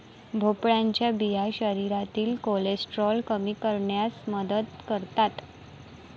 भोपळ्याच्या बिया शरीरातील कोलेस्टेरॉल कमी करण्यास मदत करतात